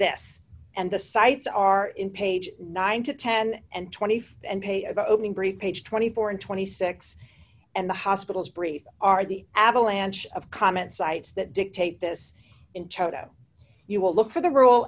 this and the sites are in page nine to ten and twenty five and pay about opening brief page twenty four and twenty six and the hospital's brief are the avalanche of comments sites that dictate this in toto you will look for the role